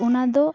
ᱚᱱᱟᱫᱚ